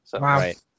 Right